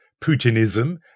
Putinism